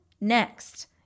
Next